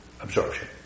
absorption